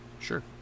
Sure